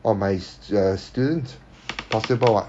of my uh students possible [what]